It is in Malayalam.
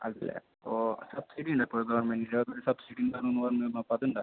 അല്ല ഓ സബ്സിഡി ഉണ്ടോ ഇപ്പോൾ ഗവൺമെൻറ്റിൻ്റെ സബ്സിഡി ഉണ്ടാവും പറഞ്ഞു അപ്പോൾ അതുണ്ടോ